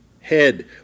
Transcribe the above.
head